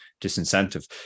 disincentive